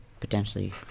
potentially